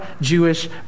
Jewish